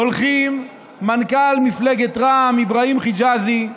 הולכים מנכ"ל מפלגת רע"מ אבראהים חג'אזי,